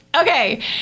Okay